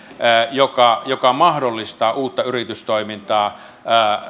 joka joka mahdollistaa uutta yritystoimintaa